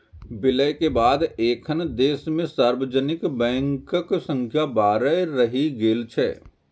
विलय के बाद एखन देश मे सार्वजनिक बैंकक संख्या बारह रहि गेल छै